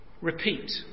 repeat